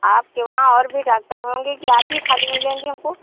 आपके वहाँ और भी डाक्टर होंगे कि आप ही खाली मिलेंगी हमको